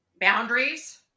boundaries